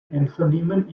einvernehmen